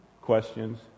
questions